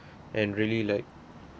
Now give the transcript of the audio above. and really like